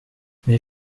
mais